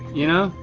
you know?